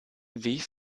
wie